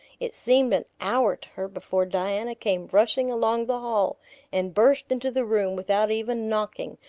it seemed an hour to her before diana came rushing along the hall and burst into the room without even knocking,